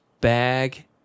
bag